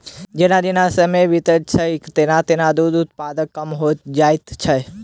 जेना जेना समय बीतैत छै, तेना तेना दूधक उत्पादन कम होइत जाइत छै